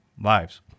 lives